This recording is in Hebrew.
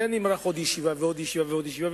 זה היה נמרח עוד ישיבה ועוד ישיבה ועוד ישיבה,